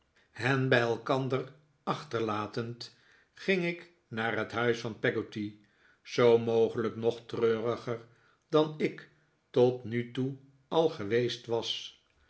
hen bij elkander achterlatend ging ik naar het huis van peggotty zoo mogelijk nog treuriger dan ik tot nu toe al geweest was